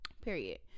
period